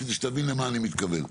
אם התוכנית בכל מקרה ממש לקראת הכרעה,